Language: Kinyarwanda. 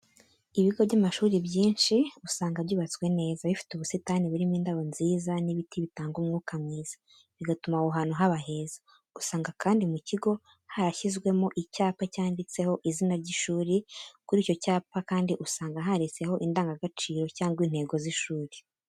Ibigo by’amashuri byinshi, usanga byubatswe neza, bifite ubusitani burimo indabo nziza n'ibiti bitanga umwuka mwiza, bigatuma aho hantu haba heza. Usanga kandi mu kigo harashyizwemo icyapa cyanditseho izina ry'ishuri. Kuri icyo cyapa kandi usanga handitseho indangagaciro cyangwa intego z'ishuri,